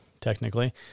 technically